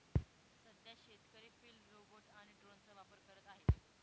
सध्या शेतकरी field robot आणि ड्रोनचा वापर करत आहेत